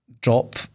drop